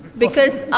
because,